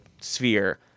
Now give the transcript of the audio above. sphere